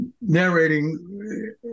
narrating